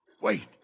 Wait